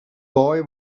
boy